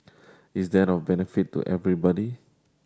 is that of benefit to everybody